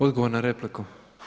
Odgovor na repliku.